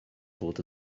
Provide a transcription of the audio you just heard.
fod